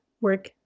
work